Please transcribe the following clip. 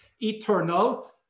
eternal